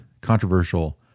controversial